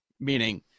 Meaning